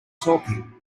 talking